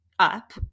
up